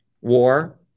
War